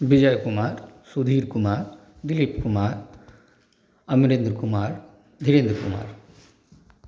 Bijay Kumar Sudhir Kumar Dilip Kumar Amarendra Kumar Dhirendra Kumar